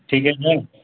ठीक है सर